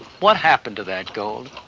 what happened to that gold?